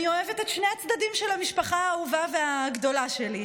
אני אוהבת את שני הצדדים של המשפחה האהובה והגדולה שלי,